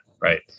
right